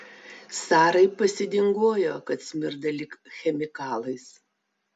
sarai pasidingojo kad smirda lyg chemikalais